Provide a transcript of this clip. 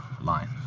line